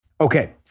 Okay